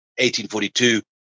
1842